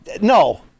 no